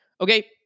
Okay